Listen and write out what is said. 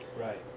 Right